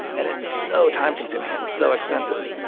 and it's so time consuming and so expensive.